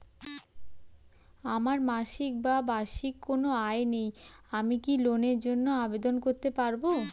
আমার মাসিক বা বার্ষিক কোন আয় নেই আমি কি লোনের জন্য আবেদন করতে পারব?